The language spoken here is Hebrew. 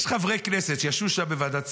יש חברי כנסת שישבו שם בוועדת כספים,